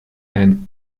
and